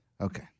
Okay